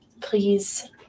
Please